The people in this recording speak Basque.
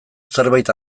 zerbait